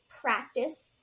practice